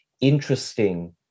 interesting